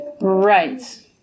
Right